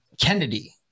Kennedy –